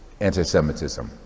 antisemitism